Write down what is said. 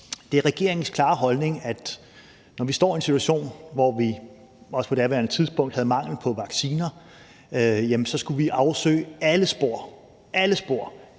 det er regeringens klare holdning, at når vi står i en situation, som da vi på daværende tidspunkt havde mangel på vacciner, så skal vi afsøge alle spor – alle spor,